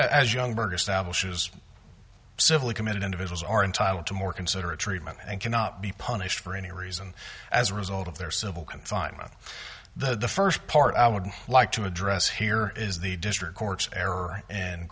as young bird establishes civil committed individuals are entitled to more considerate treatment and cannot be punished for any reason as a result of their civil confinement the first part i would like to address here is the district court's error and